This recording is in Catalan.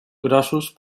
grossos